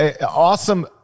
awesome